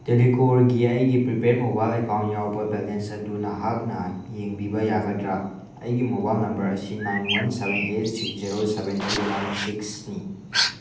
ꯇꯦꯂꯦꯅꯣꯔꯒꯤ ꯑꯩꯒꯤ prepaid mobile account ꯌꯥꯎꯕ balance ꯑꯗꯨ ꯅꯍꯥꯛꯅ ꯌꯦꯡꯕꯤꯕ ꯌꯥꯒꯗ꯭ꯔꯥ ꯑꯩꯒꯤ ꯃꯣꯕꯥꯏꯜ ꯅꯝꯕꯔ ꯑꯁꯤ nine one seven eight six zero seven two nine ꯁꯤꯛꯁꯅꯤ